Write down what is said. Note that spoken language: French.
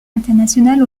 internationale